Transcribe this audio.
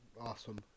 awesome